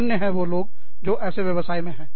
धन्य है वह लोग जो ऐसे व्यवसाय में हैं